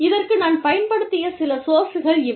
இதற்கு நான் பயன்படுத்திய சில சோர்ஸ்கள் இவை